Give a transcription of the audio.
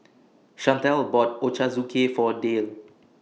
Chantel bought Ochazuke For Dale